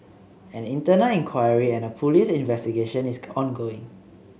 an internal inquiry and a police investigation is ongoing